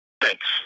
Thanks